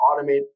automate